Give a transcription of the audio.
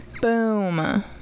Boom